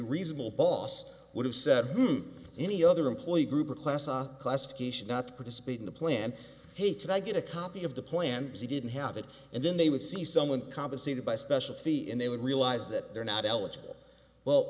reasonable boss would have said move any other employee group or class classification not participate in the plan hey can i get a copy of the plan he didn't have it and then they would see someone compensated by a special fee and they would realize that they're not eligible well